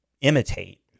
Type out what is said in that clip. imitate